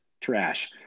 Trash